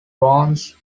warns